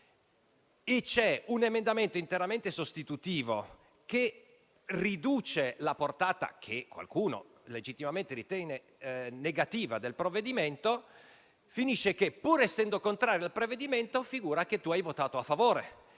e c'è un emendamento interamente sostitutivo, che riduce la portata, che qualcuno legittimamente ritiene negativa, del provvedimento, pur essendo questi contrario al provvedimento, figura che egli ha votato a favore.